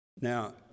Now